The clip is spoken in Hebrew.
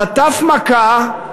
חטף מכה,